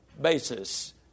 basis